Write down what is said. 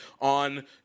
on